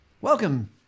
Welcome